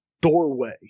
doorway